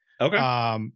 Okay